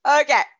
Okay